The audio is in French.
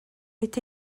est